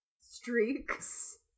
streaks